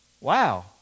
wow